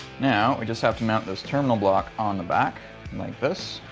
now we just have to mount this terminal block on the back like this,